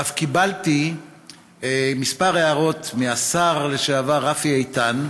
ואף קיבלתי כמה הערות מהשר לשעבר רפי איתן,